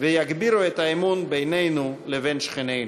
ויגבירו את האמון בינינו ובין שכנינו.